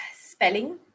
spelling